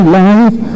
life